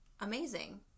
amazing